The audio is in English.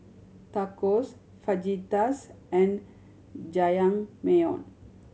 Tacos Fajitas and Jajangmyeon